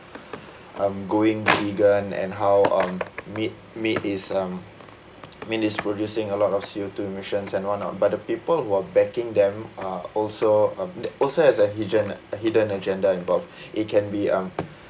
um going vegan and how um meat meat is um meat is producing a lot of C_O two emissions and whatnot but the people who are backing them are also um also has a hidden uh a hidden agenda involved it can be um